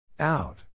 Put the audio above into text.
Out